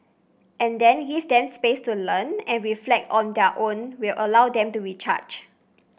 and then give them space to learn and reflect on their own will allow them to recharge